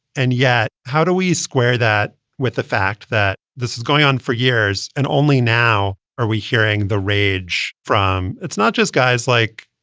and yet, how do you square that with the fact that this is going on for years? and only now are we hearing the rage from it's not just guys like,